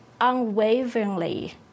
unwaveringly